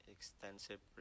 Extensive